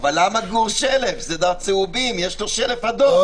סמויים לצורך אכיפה של מגבלות הקורונה,